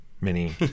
mini